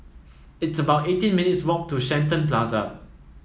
it's about eighteen minutes' walk to Shenton Plaza